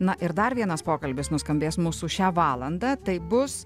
na ir dar vienas pokalbis nuskambės mūsų šią valandą tai bus